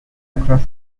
across